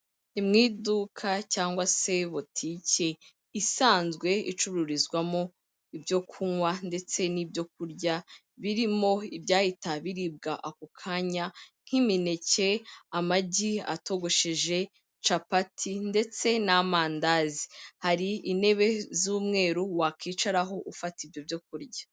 Mu iduka cyangwa se botiki, isanzwe icururizwamo ibyo kunywa ndetse n'ibyo kurya, birimo ibyahita biribwa ako kanya nk'imineke, amagi, atogosheje, capati ndetse n'amandazi, hari intebe z'umweru wakwicaraho ufata ibyo byo kurya.